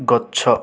ଗଛ